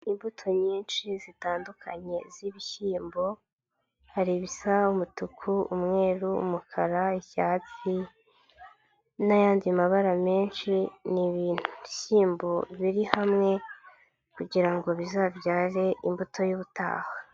Imbuto nyinshi zitandukanye z'ibishyimbo, hari ibisa umutuku, umweru, umukara icyatsi, n'ayandi mabara menshi, ni ibishyimbo biri hamwe kugira ngo bizabyare imbuto y'ubutaha.